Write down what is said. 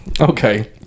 Okay